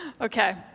Okay